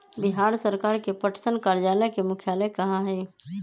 बिहार सरकार के पटसन कार्यालय के मुख्यालय कहाँ हई?